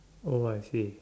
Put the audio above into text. oh I see